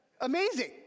Amazing